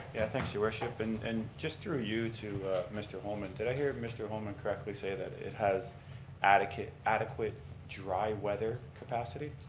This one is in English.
yeah thanks, your worship. and and just through you to mr. holman, did i and mr. holman correctly say that it has adequate adequate dry weather capacity?